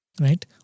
right